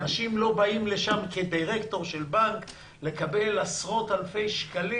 אנשים לא באים לשם כדירקטור של בנק כדי לקבל עשרות אלפי שקלים.